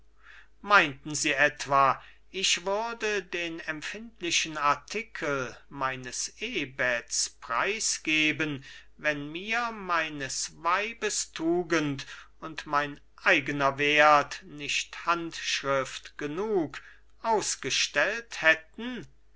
meinten sie etwa ich würde den empfindlichen artikel meines ehbetts preisgeben wenn mir meines weibes tugend und mein eigener wert nicht handschrift genug ausgestellt hätten